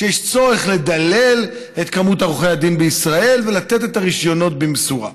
שיש צורך לדלל את מספר עורכי הדין בישראל ולתת את הרישיונות במשורה.